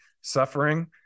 suffering